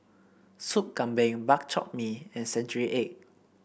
Soup Kambing Bak Chor Mee and Century Egg